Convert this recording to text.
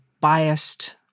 biased